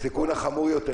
הסיכון החמור יותר,